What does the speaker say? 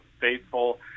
faithful